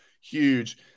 huge